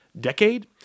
decade